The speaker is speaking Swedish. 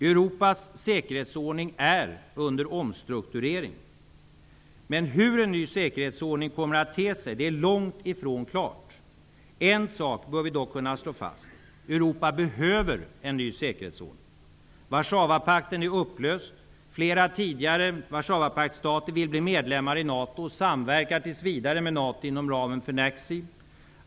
Europas säkerhetsordning är under omstrukturering. Men hur en ny säkerhetsordning kommer att te sig är långt ifrån klart. En sak bör vi dock kunna slå fast. Europa behöver en ny säkerhetsordning. Warszawapakten är upplöst. Flera tidigare Warszawapaktsstater vill bli medlemmar i NATO och samverkar tillsvidare med NATO inom ramen för NACC.